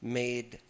made